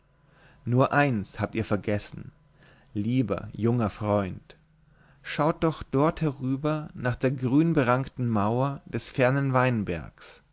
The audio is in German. nur eins habt ihr vergessen lieber junger freund schaut doch dort herüber nach der grün berankten mauer des fernen weinbergs